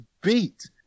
beat